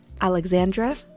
Alexandra